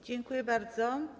Dziękuję bardzo.